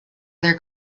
other